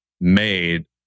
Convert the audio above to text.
made